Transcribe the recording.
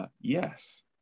yes